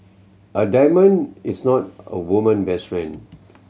a diamond is not a woman best friend